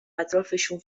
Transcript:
اطرافشون